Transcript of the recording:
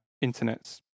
Internet's